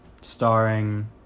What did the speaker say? starring